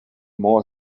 more